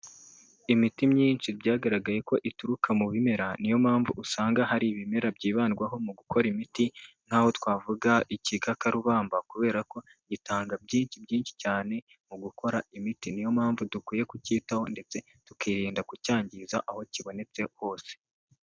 Imiti myinshi byagaragaye ko ituruka mu bimera niyo mpamvu usanga hari ibimera byibandwaho mu gukora imiti nk'aho twavuga: igikakarubamba kubera ko gitanga byinshi cyane mu gukora imiti niyo mpamvu dukwiye kucyitaho ndetse tukirinda kucyangiza aho kibonetse hose.